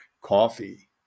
coffee